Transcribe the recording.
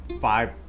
five